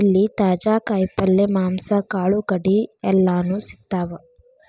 ಇಲ್ಲಿ ತಾಜಾ ಕಾಯಿ ಪಲ್ಯ, ಮಾಂಸ, ಕಾಳುಕಡಿ ಎಲ್ಲಾನೂ ಸಿಗ್ತಾವ